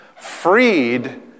freed